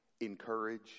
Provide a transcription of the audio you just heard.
encourage